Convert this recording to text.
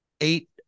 eight